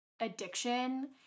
addiction